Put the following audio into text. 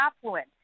affluent